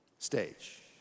stage